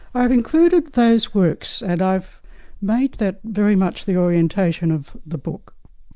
i've included those works, and i've made that very much the orientation of the book,